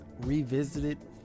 revisited